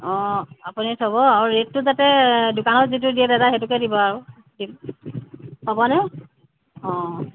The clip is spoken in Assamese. অঁ আপুনি থ'ব আৰু ৰেটটো যাতে দোকানত যিটো দিয়ে দাদা হেইটোকে দিব আও হ'বনে অঁ